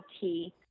tea